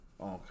Okay